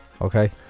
Okay